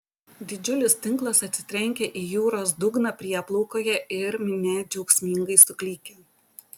didžiulis tinklas atsitrenkia į jūros dugną prieplaukoje ir minia džiaugsmingai suklykia